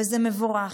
וזה מבורך.